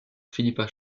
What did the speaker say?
philippa